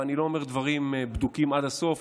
ואני לא אומר דברים בדוקים עד הסוף,